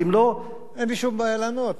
אם לא, אין לי שום בעיה לענות.